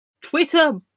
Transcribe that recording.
Twitter